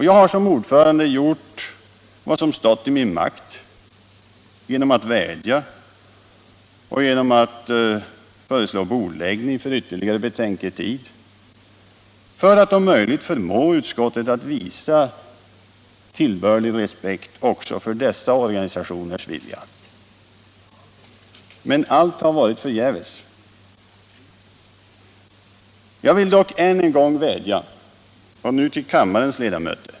Jag har som ordförande gjort vad som stått i min makt genom att vädja och genom att föreslå bordläggning för ytterligare betänketid för att om möjligt förmå utskottet att visa tillbörlig respekt också för dessa organisationers vilja. Men allt har varit förgäves. Jag vill dock än en gång vädja — nu till kammarens ledamöter.